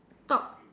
top